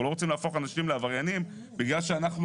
אנחנו לא רוצים להפוך אנשים לעבריינים בגלל שאנחנו